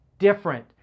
different